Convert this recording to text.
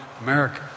America